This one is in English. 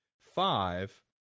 five